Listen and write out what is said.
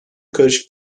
karışık